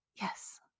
yes